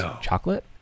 chocolate